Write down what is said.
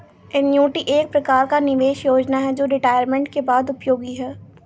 annuity एक प्रकार का निवेश योजना है जो रिटायरमेंट के बाद उपयोगी है